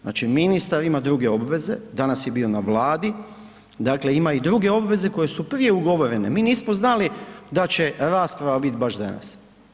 Znači ministar ima druge obveze, danas je bio na Vladi, dakle ima i druge obveze koje su prije ugovorene, mi nismo znali da će rasprava bit baš danas.